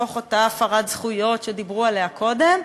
תוך אותה הפרת זכויות שדיברו עליה קודם?